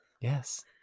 yes